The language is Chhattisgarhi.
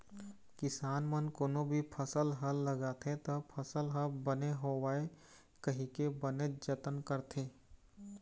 किसान मन कोनो भी फसल ह लगाथे त फसल ह बने होवय कहिके बनेच जतन करथे